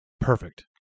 perfect